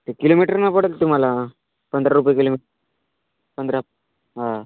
ते किलोमीटरनं पडेल तुम्हाला पंधरा रुपये किलोमीट पंधरा हां